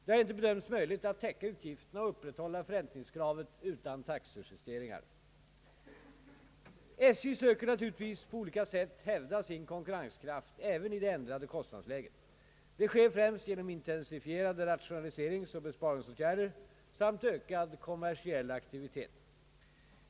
Det har inte bedömts möjligt att täcka utgifterna och upprätthålla förräntningskravet utan taxejusteringar. SJ söker naturligtvis på olika sätt hävda sin konkurrenskraft även i det ändrade kostnadsläget. Det sker främst genom intensifierade rationaliseringsoch besparingsåtgärder samt ökad kommersiell aktivitet.